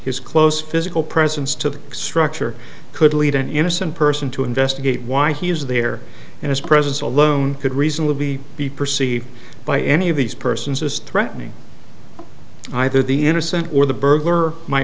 his close physical presence to the structure could lead an innocent person to investigate why he is there and his presence alone could reasonably be perceived by any of these persons as threatening either the innocent or the burglar might